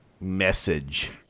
message